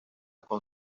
con